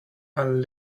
and